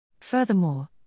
Furthermore